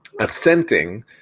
assenting